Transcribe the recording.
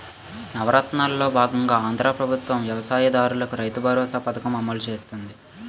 నవరత్నాలలో బాగంగా ఆంధ్రా ప్రభుత్వం వ్యవసాయ దారులకు రైతుబరోసా పథకం అమలు చేస్తుంది